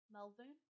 Melvin